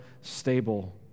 stable